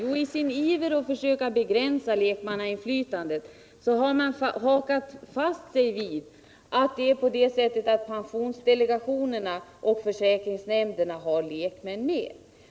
Jo, i sin iver att försöka begränsa lekmannainflytandet har man hakat sig fast vid att pensionsdelegationerna och försäkringsnämnderna har lekmän med.